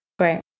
Right